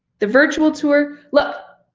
the virtual tour, look,